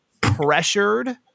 pressured